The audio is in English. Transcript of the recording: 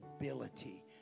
ability